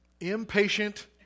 impatient